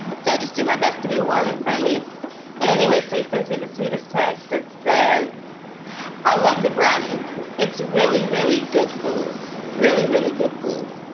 so i just do my best to be warm and friendly anyway. so he sends me the sweetest text that says i love the brownies. it's really, really good food. really, really good food